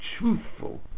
truthful